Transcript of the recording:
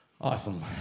Awesome